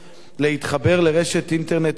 להתחבר לרשת אינטרנט אלחוטית.